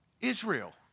Israel